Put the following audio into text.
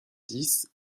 dix